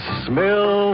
smell